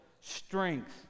Strength